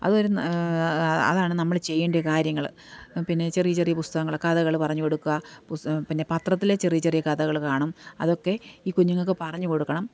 അത് അതാണ് നമ്മള് ചെയ്യേണ്ട കാര്യങ്ങള് പിന്നെ ചെറിയ ചെറിയ പുസ്തകങ്ങള് കഥകള് പറഞ്ഞു കൊടുക്കുക പുസ്ത പിന്നെ പത്രത്തിലേ ചെറിയ ചെറിയ കഥകള് കാണും അതൊക്കെ ഈ കുഞ്ഞുങ്ങള്ക്ക് പറഞ്ഞുകൊടുക്കണം